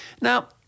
now